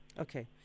Okay